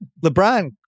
LeBron